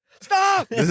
stop